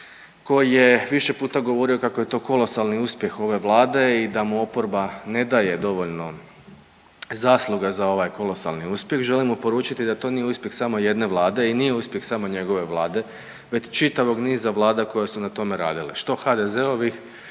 koji je više puta govorio kako je to kolosalni uspjeh ove vlade i da mu oporaba ne daje dovoljno zasluga za ovaj kolosalni uspjeh, želim mu poručiti da to nije uspjeh samo jedne vlade i nije uspjeh samo njegove vlade već čitavog niza vlada koje su na tome radile, što HDZ-ovih,